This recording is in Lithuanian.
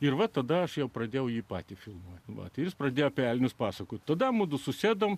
ir va tada aš jau pradėjau jį patį filmuoti moteris pradėjo velnius pasakų tada mudu susėdome